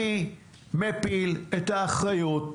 אני מפיל את האחריות.